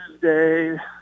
Tuesday